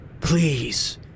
Please